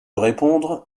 répondre